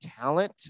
talent